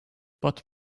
but